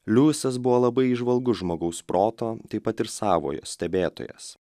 liujisas buvo labai įžvalgus žmogaus proto taip pat ir savojo stebėtojas